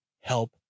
help